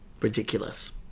Ridiculous